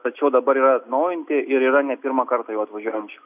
tačiau dabar yra atnaujinti ir yra ne pirmą kartą jau atvažiuojančių